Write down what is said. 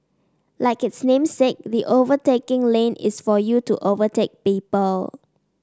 like its namesake the overtaking lane is for you to overtake people